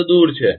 આ તો દૂર છે